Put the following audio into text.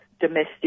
domestic